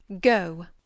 go